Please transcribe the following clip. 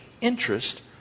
interest